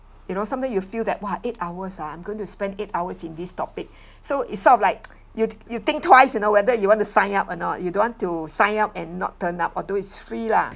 you know sometimes you feel that !wah! eight hours ah I'm going to spend eight hours in this topic so it's sort of like you'd you'd think twice you know whether you want to sign up or not you don't want to sign up and not turn up although it's free lah